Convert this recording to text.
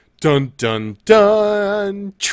Dun-dun-dun